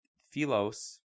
Philos